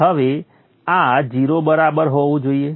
હવે આ 0 બરાબર હોવું જોઈએ